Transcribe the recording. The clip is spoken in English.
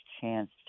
chance